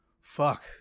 Fuck